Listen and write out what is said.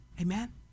Amen